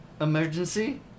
emergency